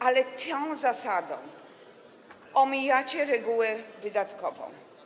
Ale tą zasadą omijacie regułę wydatkową.